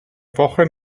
woche